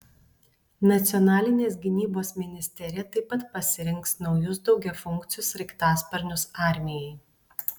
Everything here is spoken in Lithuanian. nacionalinės gynybos ministerija taip pat pasirinks naujus daugiafunkcius sraigtasparnius armijai